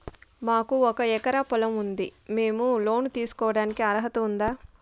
మాకు ఒక ఎకరా పొలం ఉంది మేము లోను తీసుకోడానికి అర్హత ఉందా